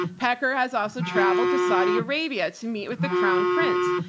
pecker has also traveled to saudi arabia to meet with the crown prince.